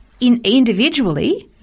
individually